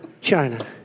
China